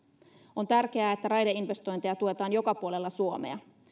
on tärkeää että raideinvestointeja tuetaan joka puolella suomea